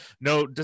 no